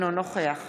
אינו נוכח